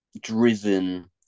driven